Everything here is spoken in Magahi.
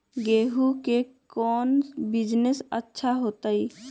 गेंहू के कौन बिजनेस अच्छा होतई?